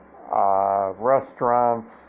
restaurants